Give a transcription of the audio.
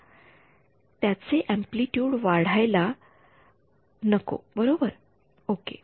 तिचे अँप्लिटयूड वाढायला नको बरोबर ओके